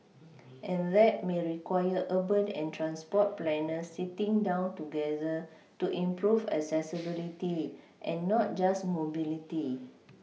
and that may require urban and transport planners sitting down together to improve accessibility and not just mobility